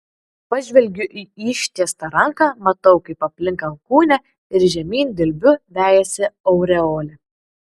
pažvelgiu į ištiestą ranką matau kaip aplink alkūnę ir žemyn dilbiu vejasi aureolė